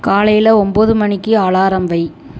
காலையில் ஒம்பது மணிக்கு அலாரம் வை